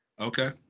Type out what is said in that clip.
Okay